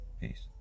peace